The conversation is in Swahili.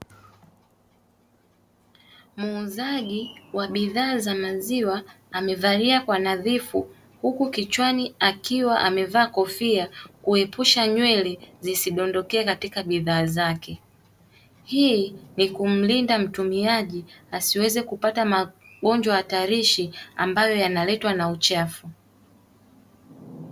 Muuzaji wa bidhaa za maziwa amevalia kwa nadhifu, huku kichwani akiwa amevaa kofia kuepusha nywele zisidondokee katika bidhaa zake. Hii ni kumlinda mtumiaji asiweze kupata magonjwa hatarishi, ambayo yanaletwa na uchafu.